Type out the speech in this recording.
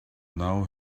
now